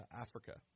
Africa